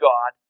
God